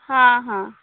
ହଁ ହଁ